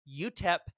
UTEP